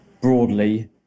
broadly